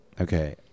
Okay